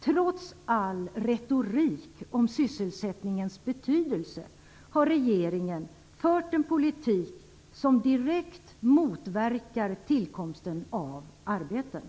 Trots all retorik om sysselsättningens betydelse har regeringen fört en politik som direkt motverkar tillkomsten av arbeten.